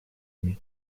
ими